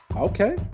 okay